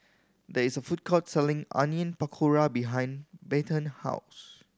there is a food court selling Onion Pakora behind Bethann house